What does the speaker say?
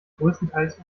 größtenteils